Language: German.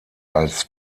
als